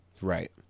right